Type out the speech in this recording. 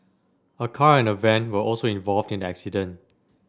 a car and a van were also involved in the accident